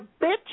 bitch